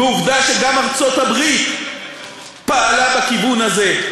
ועובדה שגם ארצות-הברית פעלה בכיוון הזה.